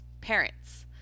parents